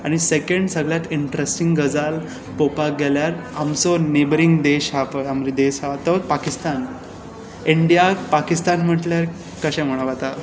आनी सॅंकेंड सगळ्यांत इन्ट्रस्टिंग गजाल पळोवपाक गेल्यार नबरींग स्टॅट हा पळय तो पाकिस्तान इंडिया पाकिस्तान म्हळ्यार कशें म्हणप आतां